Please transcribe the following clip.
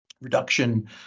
reduction